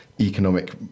economic